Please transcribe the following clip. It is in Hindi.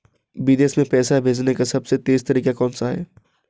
विदेश में पैसा भेजने का सबसे तेज़ तरीका कौनसा है?